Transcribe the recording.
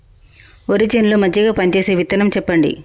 వరి చేను లో మంచిగా పనిచేసే విత్తనం చెప్పండి?